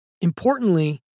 Importantly